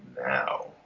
now